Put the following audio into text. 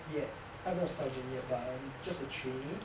yet I'm not a sergeant yet but I'm just a trainee